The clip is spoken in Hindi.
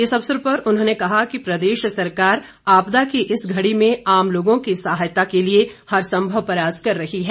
इस अवसर पर उन्होंने कहा कि प्रदेश सरकार आपदा की इस घड़ी में आम लोगों की सहायता के लिए हर संभव प्रयास कर रही है